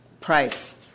price